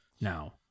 now